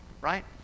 Right